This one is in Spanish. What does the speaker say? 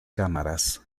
cámaras